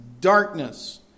darkness